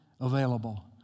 available